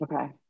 Okay